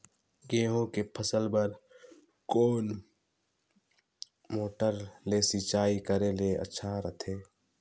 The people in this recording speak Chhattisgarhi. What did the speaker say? गहूं के फसल बार कोन मोटर ले सिंचाई करे ले अच्छा रथे?